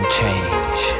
change